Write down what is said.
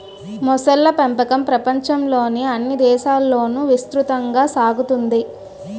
మొసళ్ళ పెంపకం ప్రపంచంలోని అన్ని దేశాలలోనూ విస్తృతంగా సాగుతోంది